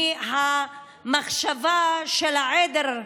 מהמחשבה של העדר,